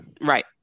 Right